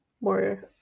more